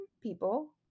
people